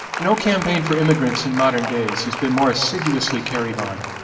no campaign for immigrants in modern days has been more assiduously carried on.